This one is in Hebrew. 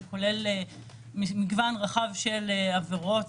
שכוללת מגוון רחב של עבירות,